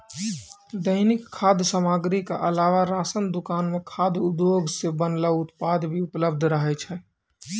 दैनिक खाद्य सामग्री क अलावा राशन दुकान म खाद्य उद्योग सें बनलो उत्पाद भी उपलब्ध रहै छै